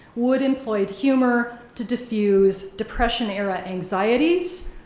wood employed humor to diffuse depression era anxieties,